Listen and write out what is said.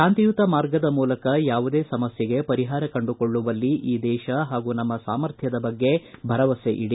ಶಾಂತಿಯುತ ಮಾರ್ಗದ ಮೂಲಕ ಯಾವುದೇ ಸಮಸ್ಯೆಗೆ ಪರಿಹಾರ ಕಂಡುಕೊಳ್ಳುವಲ್ಲಿ ಈ ದೇಶ ಹಾಗೂ ನಮ್ಮ ಸಾಮರ್ಥ್ಯದ ಬಗ್ಗೆ ಭರವಸೆ ಇಡಿ